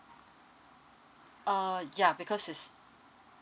uh ya because it's